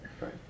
Right